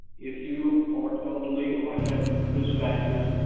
if you are elderly or have risk factors,